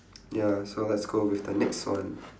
ya so let's go with the next one